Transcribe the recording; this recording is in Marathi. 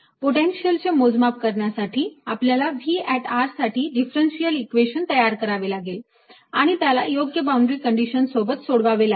पोटेन्शियलचे मोजमाप करण्यासाठी आपल्याला V साठी डिफरंशिअल इक्वेशन तयार करावे लागेल आणि त्याला योग्य बाउंड्री कंडिशन सोबत सोडवावे लागेल